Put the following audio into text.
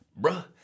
Bruh